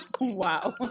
wow